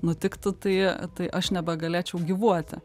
nutiktų tai tai aš nebegalėčiau gyvuoti